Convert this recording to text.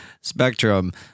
spectrum